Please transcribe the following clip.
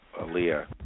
Aaliyah